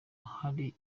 hari